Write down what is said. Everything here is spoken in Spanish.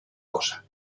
cosa